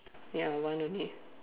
ya one only